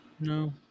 No